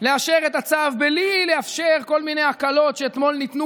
לאשר את הצו בלי לאפשר כל מיני הקלות שאתמול ניתנו